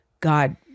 God